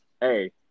hey